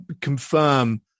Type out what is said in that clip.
confirm